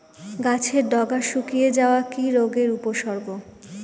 গাছের ডগা শুকিয়ে যাওয়া কি রোগের উপসর্গ?